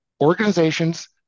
Organizations